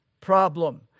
problem